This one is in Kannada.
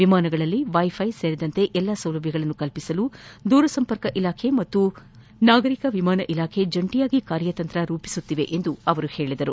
ವಿಮಾನದಲ್ಲಿ ವೈಫೈ ಸೇರಿದಂತೆ ಎಲ್ಲಾ ಸೌಲಭ್ಯಗಳನ್ನು ಕಲ್ಪಿಸಲು ದೂರ ಸಂಪರ್ಕ ಇಲಾಖೆ ಮತ್ತು ನಾಗರಿಕ ವಿಮಾನ ಇಲಾಖೆ ಜಂಟಿಯಾಗಿ ಕಾರ್ಯತಂತ್ರ ರೂಪಿಸುತ್ತಿದೆ ಎಂದು ಹೇಳಿದರು